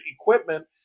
equipment